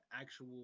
actual